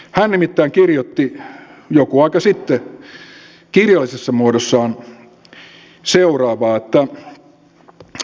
hän nimittäin kirjoitti joku aika sitten kirjallisessa muodossaan seuraavaa